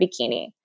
bikini